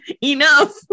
enough